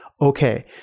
Okay